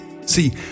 See